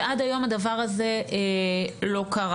ועד היום הדבר הזה לא קרה.